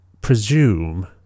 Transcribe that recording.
presume